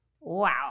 wow